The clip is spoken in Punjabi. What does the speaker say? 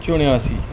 ਚੁਨਿਆ ਸੀ